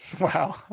Wow